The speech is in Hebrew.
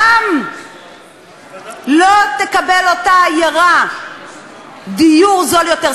גם לא תקבל אותה עיירה דיור זול יותר,